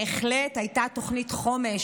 בהחלט הייתה תוכנית חומש,